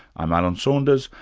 i'm alan saunders,